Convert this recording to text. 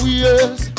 yes